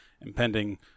impending